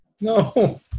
No